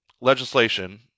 legislation